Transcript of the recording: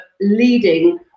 leading